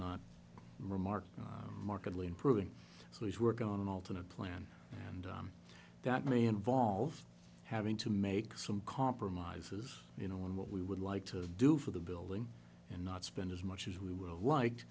not remark markedly improving so he's working on an alternate plan and that may involve having to make some compromises you know and what we would like to do for the building and not spend as much as we would like